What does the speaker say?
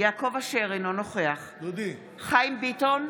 יעקב אשר, אינו נוכח חיים ביטון,